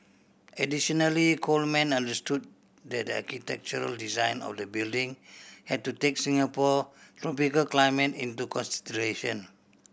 additionally Coleman understood that the architectural design of the building had to take Singapore tropical climate into consideration